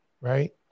Right